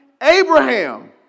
Abraham